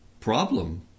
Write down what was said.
Problem